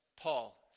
Paul